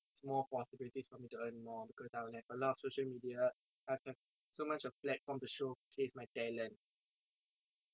it's more possibilities for me to earn more because I will have a lot of social media I will have so much of platform to showcase my talent